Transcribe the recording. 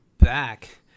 back